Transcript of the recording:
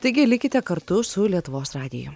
taigi likite kartu su lietuvos radiju